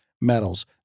metals